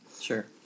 Sure